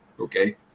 okay